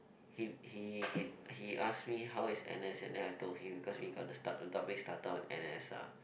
he he he he ask me how is N_S and then I told him because we got to start the topic started on N_S ah